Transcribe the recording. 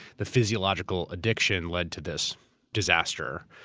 the physiological addiction led to this disaster.